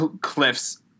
Cliff's